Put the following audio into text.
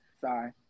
Sorry